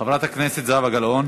חברת הכנסת זהבה גלאון.